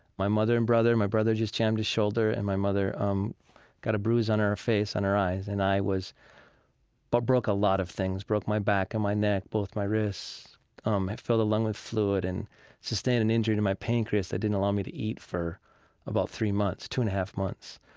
my mother and brother my brother just jammed his shoulder, and my mother um got a bruise on her face, on her eyes. and i was i but broke a lot of things broke my back and my neck, both my wrists um i filled a lung with fluid and sustained an injury to my pancreas that didn't allow me to eat for about three months, two and a half months.